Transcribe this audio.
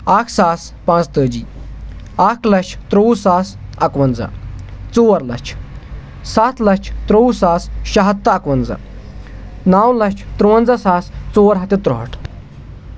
اَکھ ساس پانٛژتٲجی اَکھ لَچھ ترٛووُہ ساس اَکوَنٛزاہ ژور لَچھ سَتھ لَچھ ترٛووُہ ساس شےٚ ہَتھ تہٕ اَکوَنٛزاہ نَو لَچھ ترٛوَنٛزاہ ساس ژور ہَتھ تہٕ ترٛوہٲٹھ